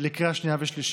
לקריאה שנייה ושלישית.